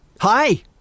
Hi